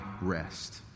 rest